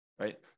right